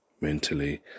mentally